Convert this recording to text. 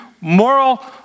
moral